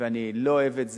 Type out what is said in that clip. ואני לא אוהב את זה.